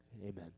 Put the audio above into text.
Amen